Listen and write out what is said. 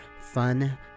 fun